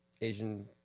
Asian